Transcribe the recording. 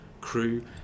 crew